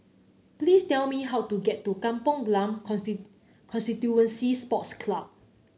please tell me how to get to Kampong Glam Constituency Sports Club